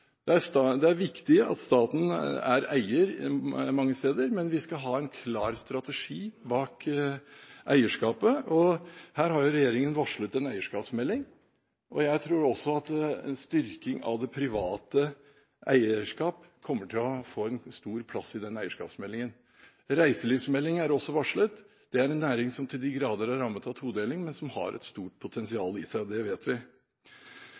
til å få. Det er viktig at staten er eier mange steder, men vi skal ha en klar strategi bak eierskapet. Her har regjeringen varslet en eierskapsmelding. Jeg tror også at en styrking av det private eierskap kommer til å få en stor plass i den eierskapsmeldingen. En reiselivsmelding er også varslet. Det er en næring som til de grader er rammet av todeling, men som har et stort potensial i seg – det vet vi.